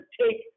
take